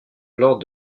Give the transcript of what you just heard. lors